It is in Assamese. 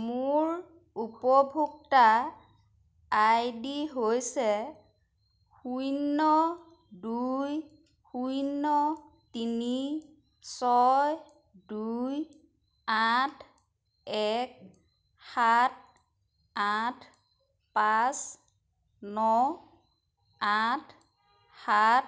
মোৰ উপভোক্তা আই ডি হৈছে শূন্য দুই শূন্য তিনি ছয় দুই আঠ এক সাত আঠ পাঁচ ন আঠ সাত